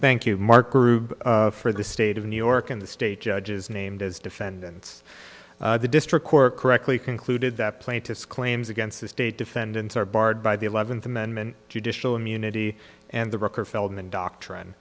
thank you mark for the state of new york and the state judges named as defendants the district court correctly concluded that plaintiff's claims against the state defendants are barred by the eleventh amendment judicial immunity and the record feldman doctrine